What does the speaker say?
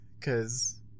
cause